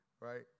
right